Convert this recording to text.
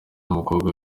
umukobwa